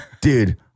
Dude